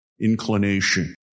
inclination